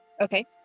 Okay